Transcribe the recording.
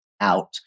out